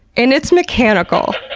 and it's mechanical,